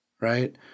right